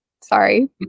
Sorry